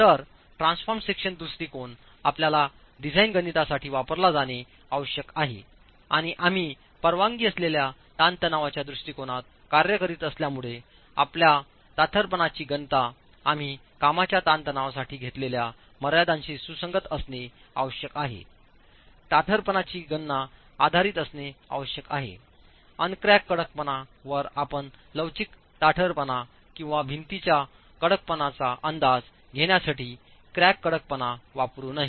तर transformed section दृष्टिकोन आपल्या डिझाइन गणितांसाठी वापरला जाणे आवश्यक आहे आणि आम्ही परवानगी असलेल्या ताणतणावाच्या दृष्टिकोणात कार्य करीत असल्यामुळे आपल्या ताठरपणाची गणना आम्ही कामाच्या ताणतणावासाठी घेतलेल्या मर्यादांशी सुसंगत असणे आवश्यक आहे ताठरपणाची गणना आधारित असणे आवश्यक आहे अन क्रॅक कडकपणा वर आपण लवचिक ताठरपणा किंवा भिंतींच्या कडकपणाचा अंदाज घेण्यासाठी क्रॅक कडकपणा वापरू नये